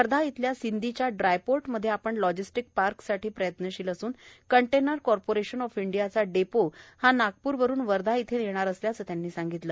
वर्धा येथील सिंदीच्या ड्रायपोर्ट मध्ये आपण लॉजिस्टिक पार्कसाठी प्रयत्नशील असून कंटेनर कार्परिशन ऑफ इंडियाचा डेपो हा नागप्र वरून वर्धा येथे नेणार असल्याचं सुद्धा त्यांनी सांगितलं